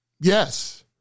yes